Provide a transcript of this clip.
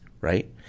right